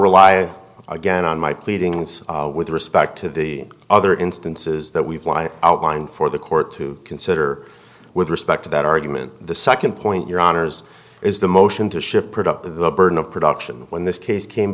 rely again on my pleadings with respect to the other instances that we fly outlined for the court to consider with respect to that argument the second point your honour's is the motion to shift part of the burden of production when this case came